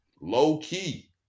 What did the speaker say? Low-key